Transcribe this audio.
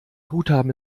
guthaben